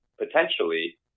potentially